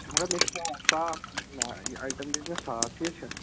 مَگر مےٚ چھُ صاف صاف چیٖز اَٹٚیٚم گَژھِ مےٚ صاف ٹھیٖک چھا